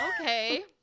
Okay